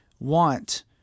want